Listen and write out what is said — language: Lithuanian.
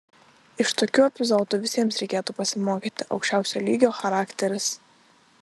iš tokių epizodų visiems reikėtų pasimokyti aukščiausio lygio charakteris